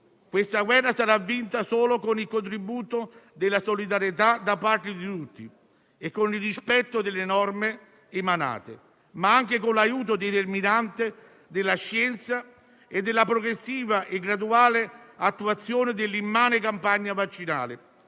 Questa guerra sarà vinta solo con il contributo e la solidarietà da parte di tutti e con il rispetto delle norme emanate, ma anche con l'aiuto determinante della scienza e della progressiva e graduale attuazione dell'immane campagna vaccinale